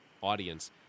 audience—